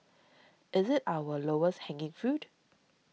is it our lowest hanging fruit